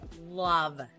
love